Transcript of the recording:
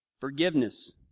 Forgiveness